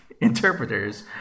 interpreters